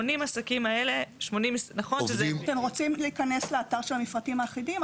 אתם רוצים להיכנס לאתר המפרטים האחידים?